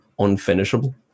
unfinishable